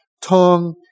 tongue